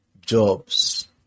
jobs